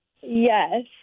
Yes